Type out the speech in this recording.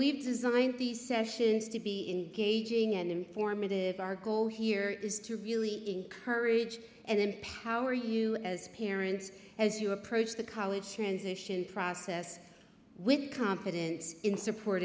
designed these sessions to be in gauging and informative our goal here is to really encourage and empower you as parents as you approach the college transition process with confidence in support